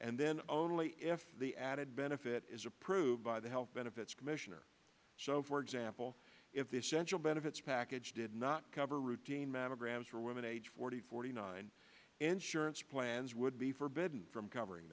and then only if the added benefit is approved by the health benefits commissioner so for example if this general benefits package did not cover routine mammograms for women age forty forty nine insurance plans would be forbidden from covering